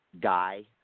guy